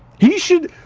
he should